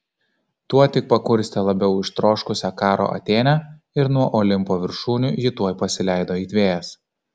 tuo tik pakurstė labiau ištroškusią karo atėnę ir nuo olimpo viršūnių ji tuoj pasileido it vėjas